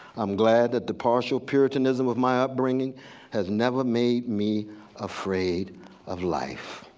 i'm glad that the partial puritanism of my upbringing has never made me afraid of life.